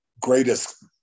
greatest